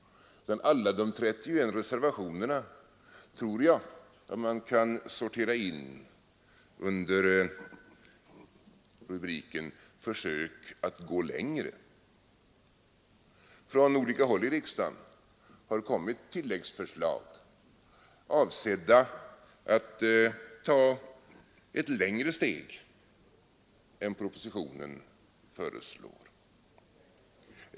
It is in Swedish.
Alla de 31 reservationerna tror jag man kan sortera in under rubriken ”försök att gå längre”. Från olika håll i riksdagen har kommit tilläggsförslag, avsedda att ta ett längre steg än propositionen föreslår.